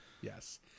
Yes